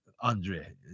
Andre